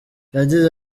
yagize